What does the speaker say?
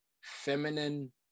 feminine